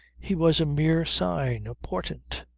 he was a mere sign, a portent.